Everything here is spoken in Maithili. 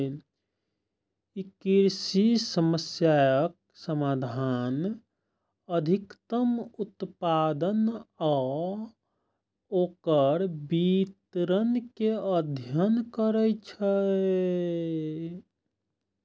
ई कृषि समस्याक समाधान, अधिकतम उत्पादन आ ओकर वितरण के अध्ययन करै छै